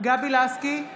גבי לסקי,